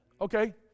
Okay